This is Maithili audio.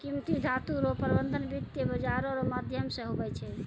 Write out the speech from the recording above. कीमती धातू रो प्रबन्ध वित्त बाजारो रो माध्यम से हुवै छै